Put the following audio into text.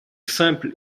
simple